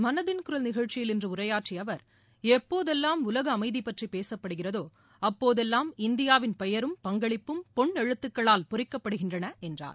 மனதின் குரல் நிகழ்ச்சியில் இன்று உரையாற்றிய அவர் எப்போதெல்லாம் உலக அமைதி பற்றி பேசப்படுகிறதோ அப்போதெல்லாம் இந்தியாவின் பெயரும் பங்களிப்பும் பொன்னெழுத்துக்களால் பொறிக்கப்படுகின்றன என்றார்